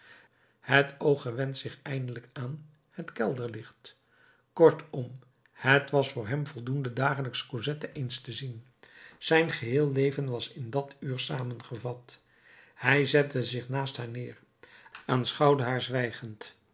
het oog gewent zich eindelijk aan het kelderlicht kortom het was voor hem voldoende dagelijks cosette eens te zien zijn geheel leven was in dat uur samengevat hij zette zich naast haar neer aanschouwde haar zwijgend